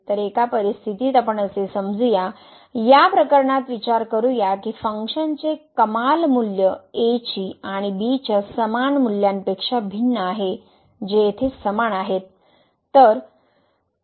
तर एका परिस्थितीत आपण असे समजू या प्रकरणात विचार करू या की फंक्शनचे कमाल मूल्य a ची आणि b च्या समान मूल्यांपेक्षा भिन्न आहे जे येथे समान आहेत